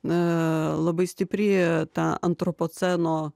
na labai stipri ta antropoceno